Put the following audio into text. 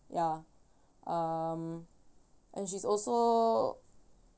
ya um and she's also